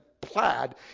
plaid